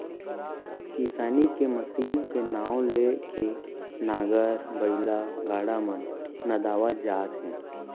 किसानी के मसीन के नांव ले के नांगर, बइला, गाड़ा मन नंदावत जात हे